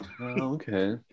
okay